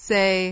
Say